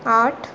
आठ